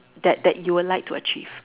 that that you would like to achieve